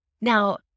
Now